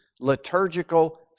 liturgical